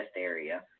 area